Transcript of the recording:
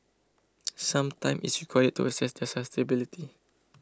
some time is required to assess their suitability